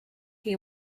hay